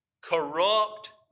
Corrupt